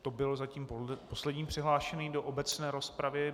To byl zatím poslední přihlášený do obecné rozpravy.